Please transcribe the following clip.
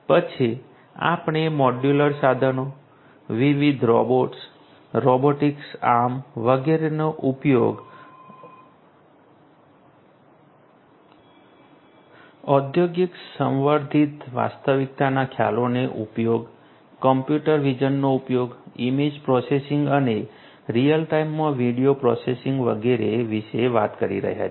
પછી આપણે મોડ્યુલર સાધનો વિવિધ રોબોટ્સ રોબોટિક આર્મ્સ વગેરેનો ઉપયોગ ઔદ્યોગિક સંવર્ધિત વાસ્તવિકતાના ખ્યાલોનો ઉપયોગ કમ્પ્યુટર વિઝનનો ઉપયોગ ઇમેજ પ્રોસેસિંગ અને રીઅલ ટાઇમમાં વિડિયો પ્રોસેસિંગ વગેરે વિશે વાત કરી રહ્યા છીએ